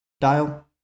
dial